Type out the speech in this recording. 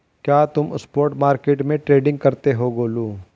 क्या तुम spot market में ट्रेडिंग करते हो गोलू?